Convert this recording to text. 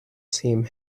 same